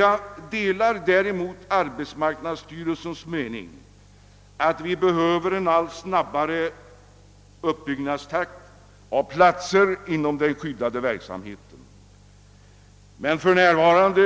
Jag delar däremot arbetsmarknadsstyrelsens mening att vi i allt snabbare takt behöver bygga ut antalet platser inom den skyddade verksamheten. Men för närvarande